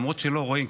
למרות שלא רואים,